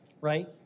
right